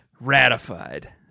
ratified